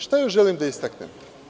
Šta još želim da istaknem?